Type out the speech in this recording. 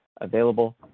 available